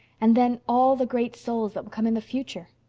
and then, all the great souls that will come in the future?